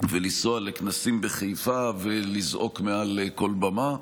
ולנסוע לכנסים בחיפה ולזעוק מעל כל במה.